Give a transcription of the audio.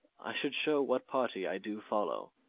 i should show what party i do follow.